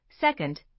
Second